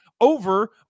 Over